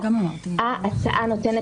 הבעיה השנייה היא החולשה של הכנסת.